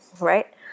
right